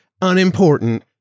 unimportant